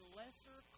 lesser